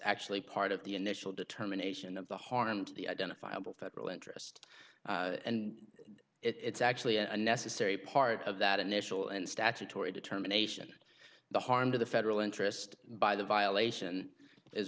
actually part of the initial determination of the harm to the identifiable federal interest and it's actually a necessary part of that initial and statutory determination the harm to the federal interest by the violation is